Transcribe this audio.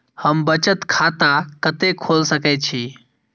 हम बचत खाता कते खोल सके छी?